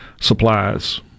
supplies